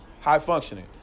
High-functioning